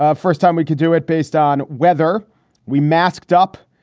ah first time we could do it based on whether we masked up.